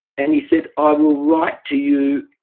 and he said, i will write to you.